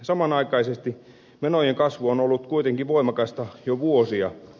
samanaikaisesti menojen kasvu on ollut kuitenkin voimakasta jo vuosia